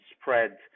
spread